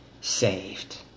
saved